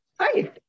Hi